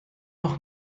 noch